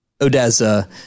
Odessa